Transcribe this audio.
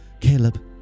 Caleb